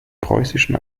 preußischen